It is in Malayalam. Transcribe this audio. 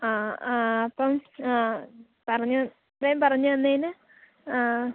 ആ ആ അപ്പം ആ പറഞ്ഞ് ഇത്രയും പറഞ്ഞ് തന്നതിന്